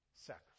sacrifice